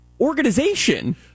organization